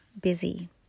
busy